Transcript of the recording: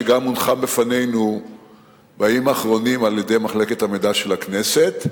שגם הונחה בפנינו בימים האחרונים על-ידי מחלקת המידע של הכנסת,